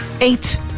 eight